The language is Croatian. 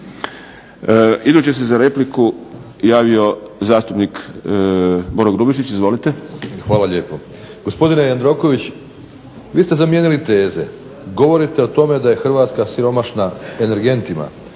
Idući se za repliku javio zastupnik Boro Grubišić. Izvolite. **Grubišić, Boro (HDSSB)** Hvala lijepo. Gospodine Jandroković, vi ste zamijenili teze. Govorite o tome da je Hrvatska siromašna energentima.